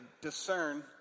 discern